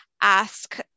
ask